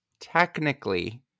technically